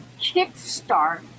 kickstart